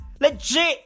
Legit